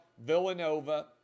Villanova